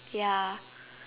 ya